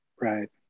Right